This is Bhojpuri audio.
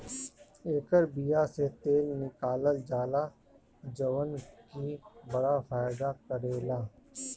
एकर बिया से तेल निकालल जाला जवन की बड़ा फायदा करेला